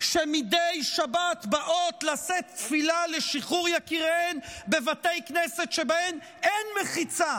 שמדי שבת באות לשאת תפילה לשחרור יקיריהן בבתי כנסת שבהם אין מחיצה